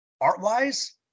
Art-wise